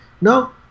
No